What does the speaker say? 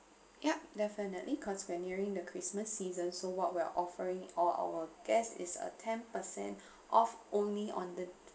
yup definitely cause we are nearing the christmas season so what we're offering all our guests is a tenper cent off only on the